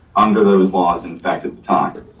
under those laws in effect at the time